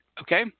okay